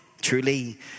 truly